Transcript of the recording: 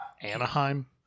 Anaheim